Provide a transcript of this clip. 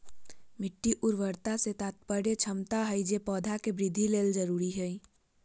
मिट्टी उर्वरता से तात्पर्य क्षमता हइ जे पौधे के वृद्धि ले जरुरी हइ